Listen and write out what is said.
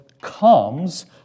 comes